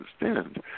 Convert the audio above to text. understand